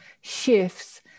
shifts